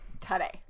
today